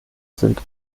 sind